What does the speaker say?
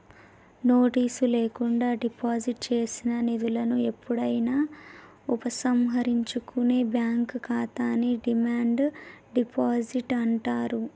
notice లేకుండా deposit చేసిన నిధులను ఎప్పుడైనా ఉపసంహరించుకునే బ్యాంక్ ఖాతాని డిమాండ్ డిపాజిట్ అంటారు